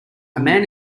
man